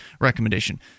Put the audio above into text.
recommendation